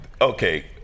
Okay